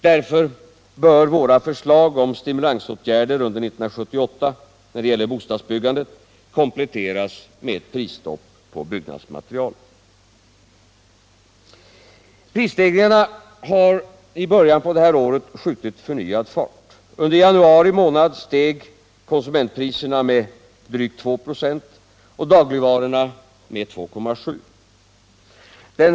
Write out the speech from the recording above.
Därför bör våra förslag om stimulansåtgärder under 1978 när det gäller bostadsbyggandet kompletteras med ett prisstopp på byggnadsmaterial. Prisstegringarna har i början av det här året skjutit förnyad fart. Under januari månad steg konsumentpriserna med drygt 2,1 96 och priset för dagligvarorna med 2,7 26.